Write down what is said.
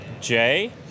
Jay